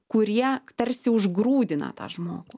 kurie tarsi užgrūdina tą žmogų